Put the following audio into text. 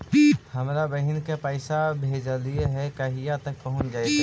हमरा बहिन के पैसा भेजेलियै है कहिया तक पहुँच जैतै?